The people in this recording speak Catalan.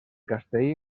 castell